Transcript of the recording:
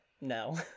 no